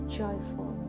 joyful